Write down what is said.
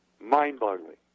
mind-boggling